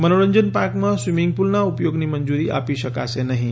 મનોરંજન પાર્કમાં સ્વીંમીગ પુલનાં ઉપયોગની મંજૂરી આપી શકાશે નહિં